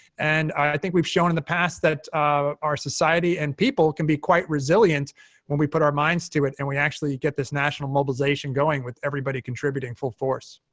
and i think we've shown, in the past, that our society and people can be quite resilient when we put our minds to it, and we actually get this national mobilization going with everybody contributing full force.